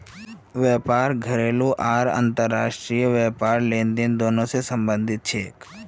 व्यापार घरेलू आर अंतर्राष्ट्रीय व्यापार लेनदेन दोनों स संबंधित छेक